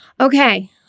Okay